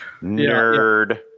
nerd